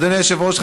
אדוני היושב-ראש,